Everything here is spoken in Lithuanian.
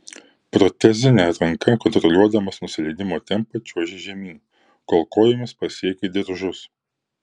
protezine ranka kontroliuodamas nusileidimo tempą čiuožė žemyn kol kojomis pasiekė diržus